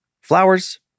Flowers